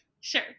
Sure